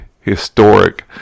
historic